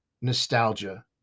nostalgia